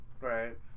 Right